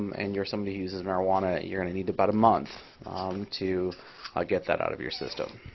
and you're somebody who uses marijuana, you're going to need about a month to get that out of your system.